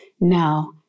now